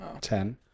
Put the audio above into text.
Ten